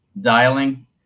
dialing